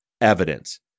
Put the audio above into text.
evidence